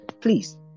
please